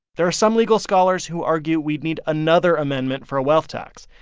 there are some legal scholars who argue we'd need another amendment for a wealth tax.